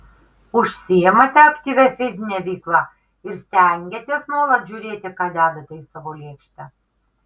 užsiimate aktyvia fizine veikla ir stengiatės nuolat žiūrėti ką dedate į savo lėkštę